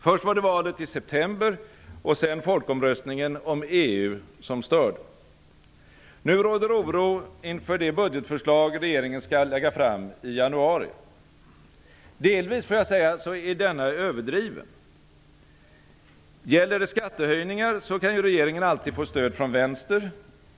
Först var det valet i september och sedan folkomröstningen om EU som störde. Nu råder oro inför det budgetförslag regeringen skall lägga fram i januari. Delvis är denna överdriven. Gäller det skattehöjningar kan regeringen alltid få stöd från vänster.